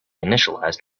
initialized